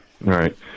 right